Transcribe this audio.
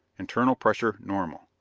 internal pressure, normal.